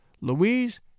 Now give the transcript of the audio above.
Louise